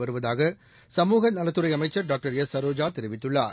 வருவதாக சமூக நலத்துறை அமைச்சர் டாக்டர் எஸ் சரோஜா தெரிவித்துள்ளார்